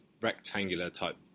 rectangular-type